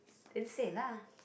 then say lah